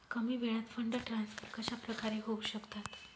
कमी वेळात fund transfer कशाप्रकारे होऊ शकतात?